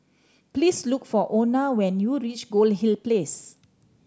please look for Ona when you reach Goldhill Place